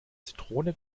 zitrone